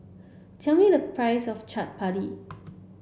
tell me the price of Chaat Papri